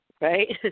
Right